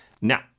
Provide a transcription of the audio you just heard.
Now